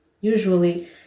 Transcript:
usually